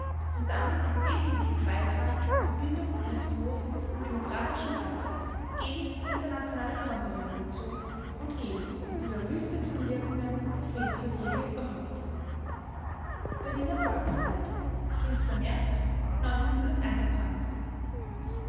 und damit wesentliches beitragen zur bildung eines großen demokratischen blocks gegen die internationale konterrevolution und gegen die verwüstenden wirkungen der friedensverträge überhaupt berliner volks-zeitung märz